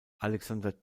alexander